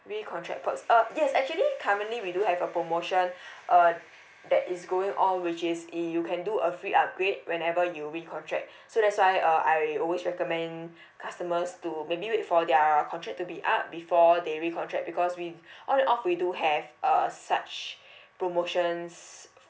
recontract perks uh yes actually currently we do have a promotion uh that is going on which is uh you can do a free upgrade whenever you recontract so that's why uh I always recommend customers to maybe wait for their contract to be up before they recontract because we on and off we do have uh such promotions